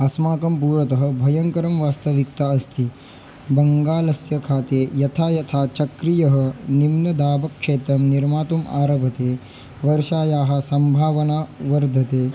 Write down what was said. अस्माकं पूर्वतः भयङ्करं वास्तविकता अस्ति बङ्गालस्य खाते यथा यथा चक्रीयः निम्नदाबक्षेत्रं निर्मातुम् आरभते वर्षायाः सम्भावना वर्धते